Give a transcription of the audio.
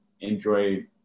enjoy